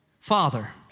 father